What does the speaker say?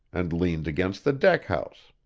and leaned against the deck-house.